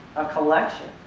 a collection,